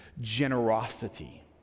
generosity